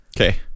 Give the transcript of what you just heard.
Okay